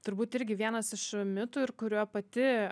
turbūt irgi vienas iš mitų ir kuriuo pati